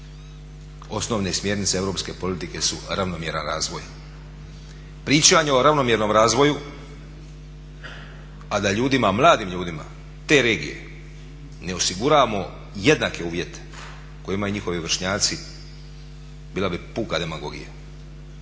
Osnovne smjernice europske politike su ravnomjeran razvoj. Pričanje o ravnomjernom razvoju, a da ljudima, mladim ljudima te regije ne osiguramo jednake uvjete koje imaju njihovi vršnjaci bila bi puka demagogija.